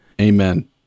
amen